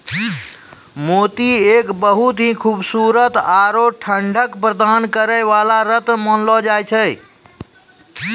मोती एक बहुत हीं खूबसूरत आरो ठंडक प्रदान करै वाला रत्न मानलो जाय छै